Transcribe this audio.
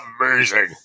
amazing